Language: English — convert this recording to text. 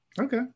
Okay